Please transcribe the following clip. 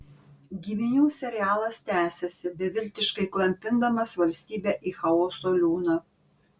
giminių serialas tęsiasi beviltiškai klampindamas valstybę į chaoso liūną